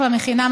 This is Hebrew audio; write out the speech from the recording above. אחלה מכינה,